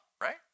right